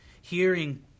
hearing